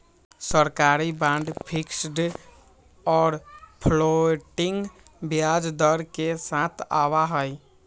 सरकारी bond fixed और floating ब्याज दर के साथ आवा हई